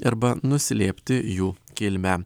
arba nuslėpti jų kilmę